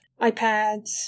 iPads